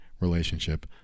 relationship